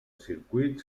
circuit